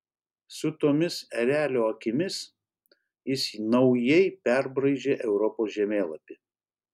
su tomis erelio akimis jis naujai perbraižė europos žemėlapį